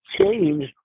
change